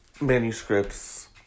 manuscripts